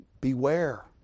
beware